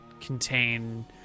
contain